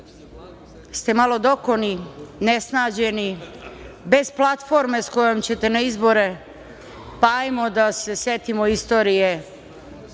ste malo dokoni, nesnađeni, bez platforme sa kojom ćete na izbore, pa ajmo da se setimo istorije